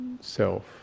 self